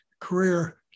career